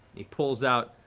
he pulls out